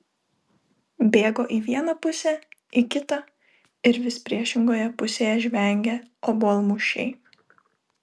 bėgo į vieną pusę į kitą ir vis priešingoje pusėje žvengė obuolmušiai